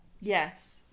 Yes